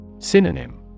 synonym